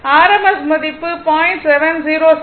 rms மதிப்பு 0